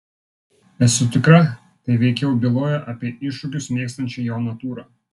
esu tikra tai veikiau bylojo apie iššūkius mėgstančią jo natūrą